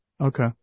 Okay